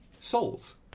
souls